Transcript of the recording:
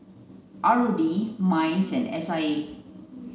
R O D MINDS and S I A